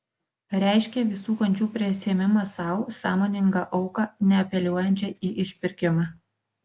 reiškia visų kančių prisiėmimą sau sąmoningą auką neapeliuojančią į išpirkimą